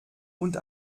und